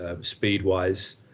speed-wise